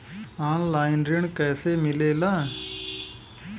Online ऋण कैसे मिले ला?